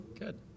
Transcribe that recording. Good